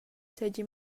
seigi